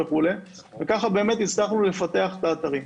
וככה באמת הצלחנו לפתח את האתרים.